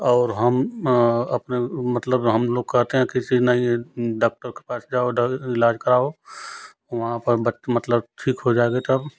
और हम अपने मतलब हम लोग कहते किसी ने ये नहीं डॉक्टर के पास जाओ डॉक्टर से इलाज कराओ वहाँ पर मतलब ठीक हो जाओगे तब